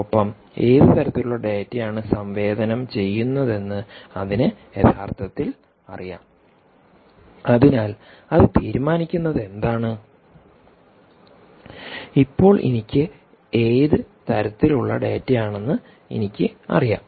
ഒപ്പം ഏത് തരത്തിലുള്ള ഡാറ്റയാണ് സംവേദനം ചെയ്യുന്നതെന്ന് അതിന് യഥാർത്ഥത്തിൽ അറിയാം അതിനാൽ അത് തീരുമാനിക്കുന്നത് എന്താണ് ഇപ്പോൾ ഏത് തരത്തിലുള്ള ഡാറ്റയാണെന്ന് എനിക്ക് അറിയാം